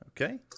Okay